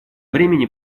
времени